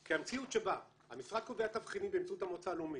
כי המציאות שבה המשרד קובע תבחינים באמצעות המועצה הלאומית,